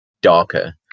darker